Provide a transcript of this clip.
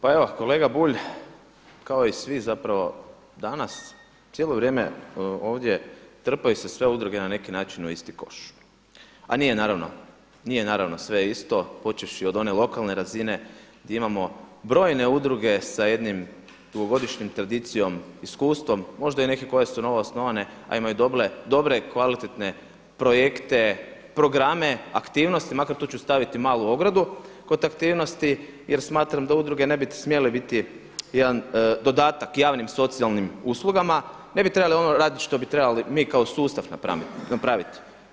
Pa evo kolega Bulj, kao i svi zapravo danas cijelo vrijeme ovdje trpaju se sve udruge na neki način u isti koš, a nije naravno sve isto, počevši od one lokalne razine gdje imamo brojne udruge sa jednim dugogodišnjom tradicijom, iskustvom, možda i neke koje su novoosnovane a imaju dobre kvalitetne projekte, programe, aktivnosti, makar tu ću staviti malu ogradu kod aktivnosti jer smatram da udruge ne bi smjele biti jedan dodatak javnim socijalnim uslugama, ne bi trebali raditi ono što bi trebali mi kao sustav napraviti.